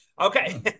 Okay